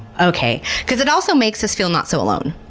okay. because it also makes us feel not so alone,